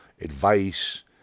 advice